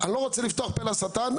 אני לא רוצה לפתוח פה לשטן,